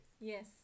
yes